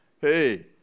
hey